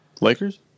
Lakers